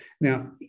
Now